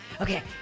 Okay